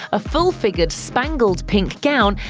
a full-figured spangled pink gown,